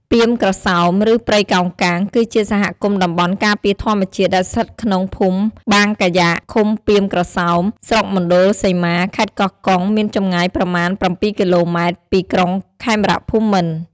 ពាមក្រសោប ឬ ព្រៃកោងកាង គឺជាសហគមន៍តំបន់ការពារធម្មជាតិ ដែលស្ថិតក្នុងភូមិបាងកាយ៉ាក ឃុំពាមក្រសោប ស្រុកមណ្ឌលសីមា ខេត្តកោះកុង មានចម្ងាយប្រមាណ៧គីឡូម៉ែត្រ ពីក្រុង ខេមរភូមិន្ទ។